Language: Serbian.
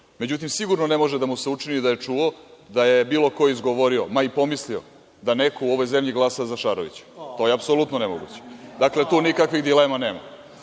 pričao.Međutim, sigurno ne može da mu se učini da je čuo da je bilo ko izgovorio, ma i pomislio da neko u ovoj zemlji glasa za Šarovića. To je apsolutno nemoguće. Dakle, tu nikakvih dilema